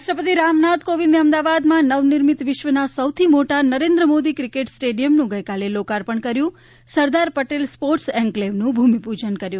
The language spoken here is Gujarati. રાષ્ટ્રપતિ રામનાથ કોવિંદે અમદાવાદમાં નવનિર્મિત વિશ્વના સૌથી મોટા નરેન્દ્ર મોદી ક્રિકેટ સ્ટેડિયમનું લોકાર્પણ કર્યું સરદાર પટેલ સ્પોર્ટ્સ એન્કલેવનું ભૂમિપૂજન કર્યું